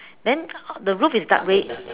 then the roof is dark red